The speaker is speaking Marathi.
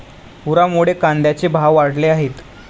पुरामुळे कांद्याचे भाव वाढले आहेत